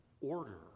order